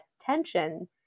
tension